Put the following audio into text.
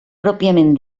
pròpiament